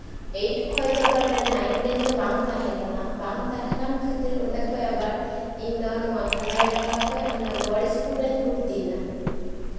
eight ᱠᱷᱚᱱᱫᱚ ᱟᱵᱟᱨ ᱚᱸᱰᱮ ᱱᱟᱭᱤᱱ ᱴᱮᱱ ᱫᱚ ᱵᱟᱝ ᱛᱟᱦᱮᱸᱠᱟᱱᱟ ᱵᱟᱝ ᱛᱟᱦᱮᱸ ᱠᱟᱱ ᱠᱷᱟᱹᱛᱤᱨ ᱚᱸᱰᱮ ᱤᱧᱫᱚ ᱟᱵᱟᱨ ᱱᱚᱣᱟ ᱠᱷᱟᱸᱰᱟᱭ ᱰᱟᱸᱜᱟ ᱠᱷᱚᱱ ᱦᱟᱱᱮ ᱜᱚᱲ ᱤᱥᱠᱩᱞ ᱨᱤᱧ ᱵᱷᱩᱨᱛᱤᱭᱮᱱᱟ